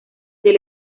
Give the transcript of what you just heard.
del